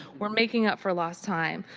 we are making up for lost time.